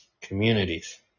communities